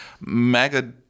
Mega